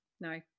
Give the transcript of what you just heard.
No